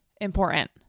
important